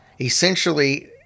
essentially